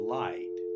light